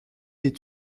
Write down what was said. est